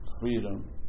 Freedom